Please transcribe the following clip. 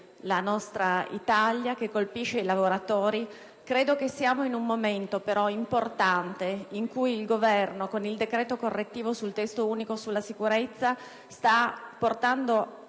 la nostra Italia e i nostri lavoratori. Ma credo che ci troviamo in un momento importante in cui il Governo con il decreto correttivo sul testo unico sulla sicurezza sta portando